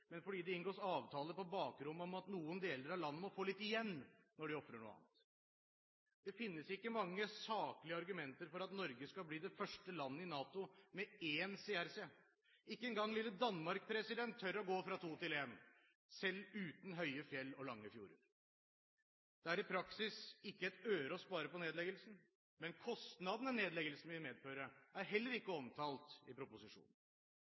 men fordi det inngås avtale på bakrommet om at noen deler av landet må få litt igjen når de ofrer noe annet. Det finnes ikke mange saklige argumenter for at Norge skal bli det første landet i NATO med én CRC. Ikke engang lille Danmark tør å gå fra to til en, selv uten høye fjell og lange fjorder. Det er i praksis ikke et øre å spare på nedleggelsen, men kostnadene nedleggelsen vil medføre, er heller ikke omtalt i proposisjonen.